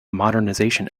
modernization